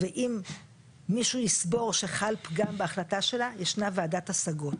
ואם מישהו יסבור שחל פגם בהחלטה שלה ישנה ועדת השגות.